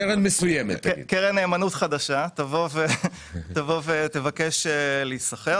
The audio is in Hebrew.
כשקרן נאמנות חדשה תבקש להיסחר,